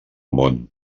món